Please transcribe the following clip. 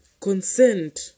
consent